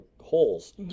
holes